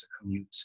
commute